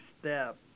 step